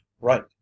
right